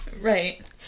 Right